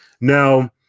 Now